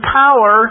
power